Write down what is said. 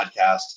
podcast